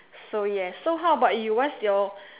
so yes so how about you what's your